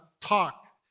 talk